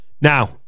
Now